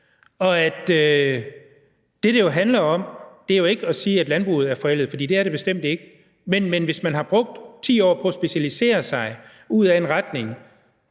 som det handler om, er jo ikke at sige, at landbruget er forældet, for det er det bestemt ikke. Men hvis man har brugt 10 år på at specialisere sig ud ad en retning,